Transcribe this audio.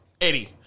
Eddie